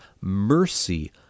mercy